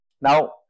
now